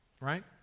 Right